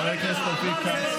זה הסתה לרצח.